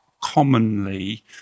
commonly